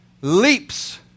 leaps